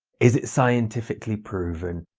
is it scientifically proven?